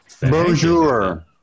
Bonjour